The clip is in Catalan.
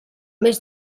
mes